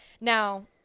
Now